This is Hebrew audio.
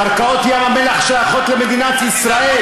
קרקעות ים המלח שייכות למדינת ישראל,